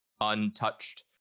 untouched